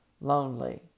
lonely